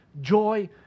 joy